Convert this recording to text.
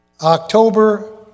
October